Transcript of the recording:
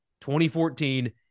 2014